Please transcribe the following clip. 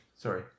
Sorry